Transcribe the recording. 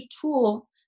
tool